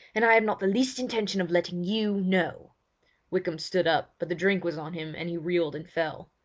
and i have not the least intention of letting you know wykham stood up, but the drink was on him and he reeled and fell.